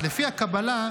אז לפי הקבלה,